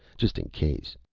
just in case.